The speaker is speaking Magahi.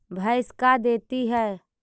भैंस का देती है?